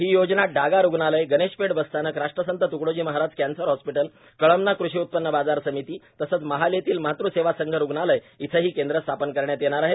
ही योजना डागा रूग्णालयए गणेशपेठ बसस्थानकए राश्ट्रसंत त्कडोजी महाराज क्रुसर हॉस्पीटल कळमना कृशी उत्पन्न बाजार समितीए तसेच महाल मधील मातृसेवा संघ रूग्णालय येथे ही केंद्र स्थापित करण्यात येणार आहे